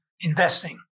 investing